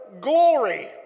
glory